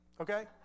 okay